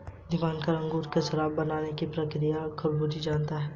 दिवाकर अंगूर से शराब बनाने की प्रक्रिया बखूबी जानता है